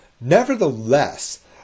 nevertheless